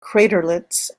craterlets